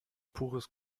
pures